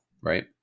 right